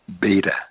beta